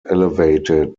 elevated